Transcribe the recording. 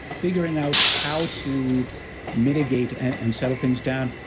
figuring out how to mitigate and and settle things down,